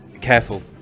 careful